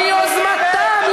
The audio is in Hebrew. מיוזמתם,